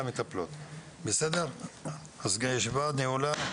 הישיבה נעולה.